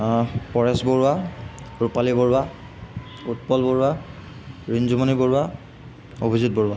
Paresh Barua Rupali Barua Utpal Barua Rinjumoni Barua Abhijit Barua